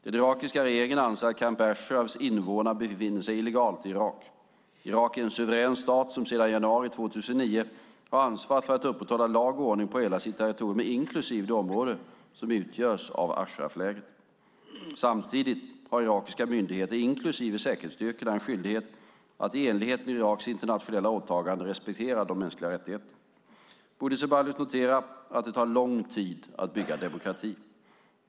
Den irakiska regeringen anser att Camp Ashrafs invånare befinner sig illegalt i Irak. Irak är en suverän stat som sedan januari 2009 har ansvar för att upprätthålla lag och ordning på hela sitt territorium, inklusive det område som utgör Ashraflägret. Samtidigt har irakiska myndigheter, inklusive säkerhetsstyrkorna, en skyldighet att i enlighet med Iraks internationella åtaganden respektera de mänskliga rättigheterna. Bodil Ceballos noterar att det tar lång tid att bygga demokrati.